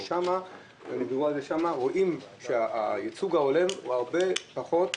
גם כדי לשנות את החברה האזרחית אבל